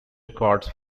records